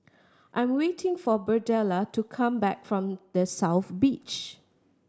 I'm waiting for Birdella to come back from The South Beach